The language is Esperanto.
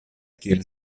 kiel